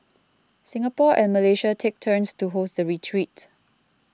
Singapore and Malaysia take turns to host the retreat